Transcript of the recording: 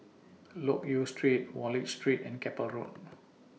Loke Yew Street Wallich Street and Keppel Road